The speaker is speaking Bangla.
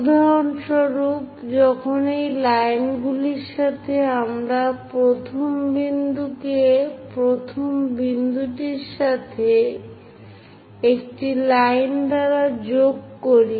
উদাহরণস্বরূপ যখন এই লাইনগুলির সাথে আমরা 1 ম বিন্দুকে 1 ম বিন্দুটির সাথে একটি লাইন দ্বারা যোগ করি